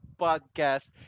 podcast